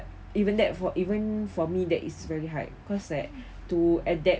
even that for even for me that is very hard cause like to adapt